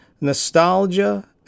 Nostalgia